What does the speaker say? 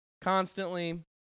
constantly